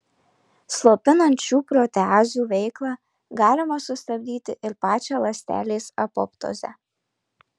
slopinant šių proteazių veiklą galima sustabdyti ir pačią ląstelės apoptozę